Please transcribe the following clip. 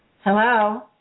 Hello